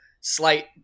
slight